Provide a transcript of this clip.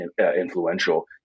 influential